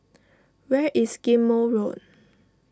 where is Ghim Moh Road